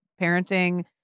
parenting